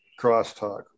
crosstalk